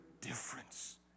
difference